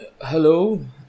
Hello